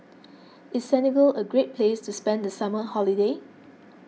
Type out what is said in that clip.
is Senegal a great place to spend the summer holiday